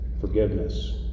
forgiveness